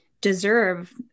deserve